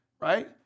Right